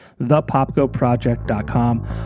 ThePopGoProject.com